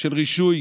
של רישוי